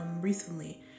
recently